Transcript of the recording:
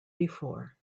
before